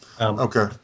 Okay